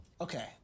Okay